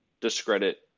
discredit